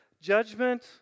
judgment